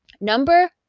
Number